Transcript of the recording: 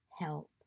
Help